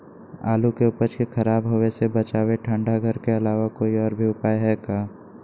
आलू के उपज के खराब होवे से बचाबे ठंडा घर के अलावा कोई और भी उपाय है का?